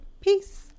peace